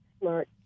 smart